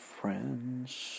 friends